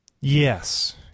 Yes